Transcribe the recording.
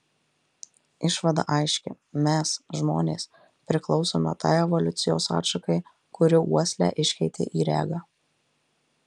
išvada aiški mes žmonės priklausome tai evoliucijos atšakai kuri uoslę iškeitė į regą